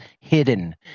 hidden